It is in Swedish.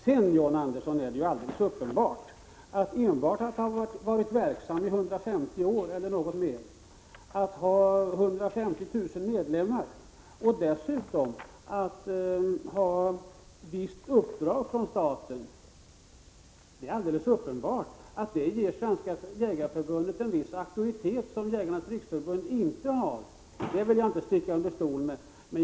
Det är också helt uppenbart att enbart detta att Svenska jägareförbundet har varit verksamt i 150 år eller något mer, har 150 000 medlemmar och dessutom har ett visst uppdrag från staten ger Svenska jägareförbundet en viss auktoritet som Jägarnas riksförbund inte har — det vill jag inte sticka under stol med.